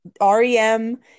REM